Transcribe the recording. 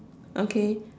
okay